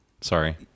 Sorry